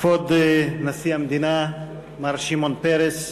כבוד נשיא המדינה מר שמעון פרס,